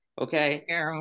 okay